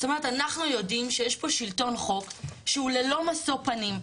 זאת אומרת אנחנו יודעים שיש פה שלטון חוק שהוא לא משוא פנים,